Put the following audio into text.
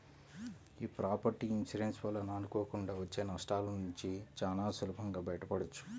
యీ property insurance వలన అనుకోకుండా వచ్చే నష్టాలనుంచి చానా సులభంగా బయటపడొచ్చు